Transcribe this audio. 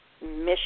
mission